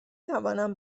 توانم